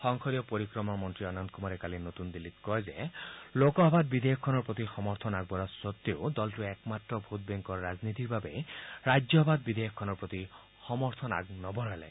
সংসদীয় পৰিক্ৰমা মন্নী অনন্ত কুমাৰে কালি নতুন দিল্লীত কয় যে ৰাজ্যসভাত বিধেয়কখনৰ প্ৰতি সমৰ্থন আগবঢ়োৱা স্বতেও দলটোৱে একমাত্ৰ ভোটবেংকৰ ৰাজনীতিৰ বাবেই ৰাজ্যসভাত বিধেয়কখনৰ প্ৰতি সমৰ্থন আগনবঢ়ালে